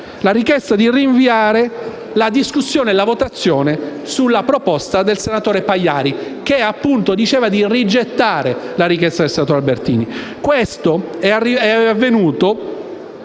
la richiesta di rinviare la discussione e la votazione sulla proposta del senatore Pagliari di rigettare la richiesta del senatore Albertini.